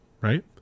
right